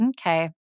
okay